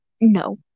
No